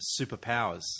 superpowers